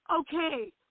okay